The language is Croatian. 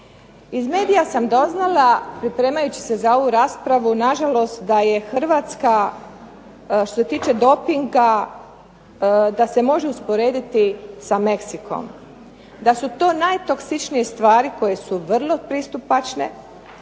Iz medija sam doznala, pripremajući se za ovu raspravu, na žalost da je Hrvatska što se tiče dopinga, da se može usporediti sa Meksikom, da su to najtoksičnije stvari koje su vrlo pristupačne,